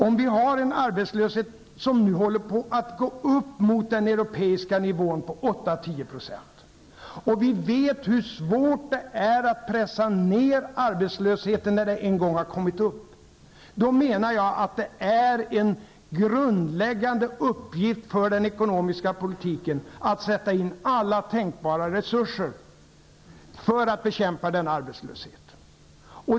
Om vi har en arbetslöshet som håller på att gå upp emot den europeiska nivån på 8--10 % och vi vet hur svårt det är att pressa ned arbetslösheten när den en gång har nått en hög nivå, menar jag att det är en grundläggande uppgift för den ekonomiska politiken att sätta in alla tänkbara resurser för att bekämpa denna arbetslöshet.